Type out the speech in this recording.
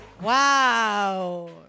Wow